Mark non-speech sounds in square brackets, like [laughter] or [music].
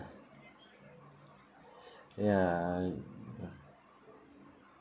[breath] ya